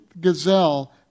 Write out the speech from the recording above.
gazelle